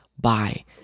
bye